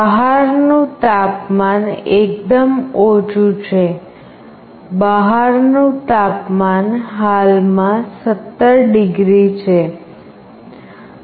બહારનું તાપમાન એકદમ ઓછું છે બહારનું તાપમાન હાલમાં 17 ડીગ્રી છે